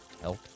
help